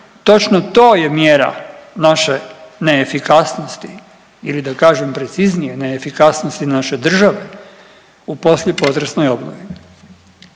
točno to je mjera naše neefikasnosti ili da kažem preciznije neefikasnosti naše države u poslije potresnoj obnovi.